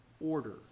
order